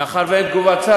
מאחר שאין תגובת שר,